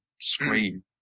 screen